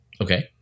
Okay